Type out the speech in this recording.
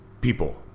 people